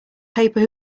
paper